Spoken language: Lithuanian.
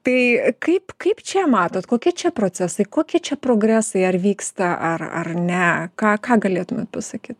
tai kaip kaip čia matot kokie čia procesai kokie čia progresai ar vyksta ar ar ne ką ką galėtumėt pasakyt